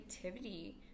creativity